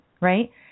right